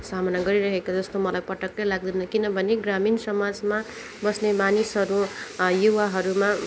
सामना गरिरहेको जस्तो मलाई पट्टकै लाग्दैल किनभने ग्रामिण समाजमा बस्ने मानिसहरू युवाहरूमा